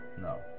No